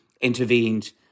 intervened